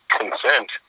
consent